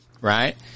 right